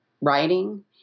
writing